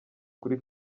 kuri